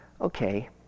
Okay